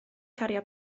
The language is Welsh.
cario